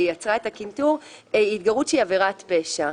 שיצרה את הקנטור היא התגרות שהיא עבירת פשע.